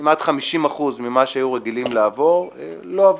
כמעט 50% ממה שהיו רגילים לעבור לא עברו.